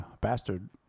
Bastard